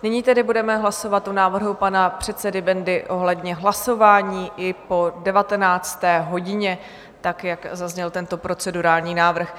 Nyní tedy budeme hlasovat o návrhu pana předsedy Bendy ohledně hlasování i po 19. hodině tak, jak zazněl tento procedurální návrh.